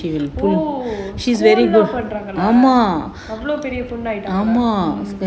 இப்படியெல்லாம் பண்றாங்களா அவ்ளோ பெரிய பொண்ணு ஆயிடாலா:ippadiyellaam pandrangalaa avlo periya ponnu ayitalaa